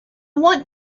want